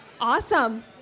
Awesome